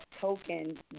token